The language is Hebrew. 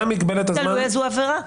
תלוי איזו עבירה.